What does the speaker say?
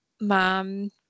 mom